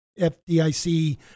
FDIC